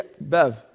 Bev